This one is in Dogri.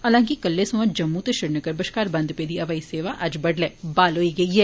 हालांकि कल्लै सोयां जम्मू ते श्रीनगर बश्कार बंद पेदी हवाई सेवा अज्ज बड्डले बहाल होई गेई ऐ